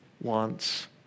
wants